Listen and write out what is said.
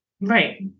Right